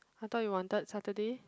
I thought you wanted Saturday